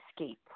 escape